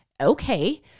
Okay